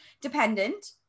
dependent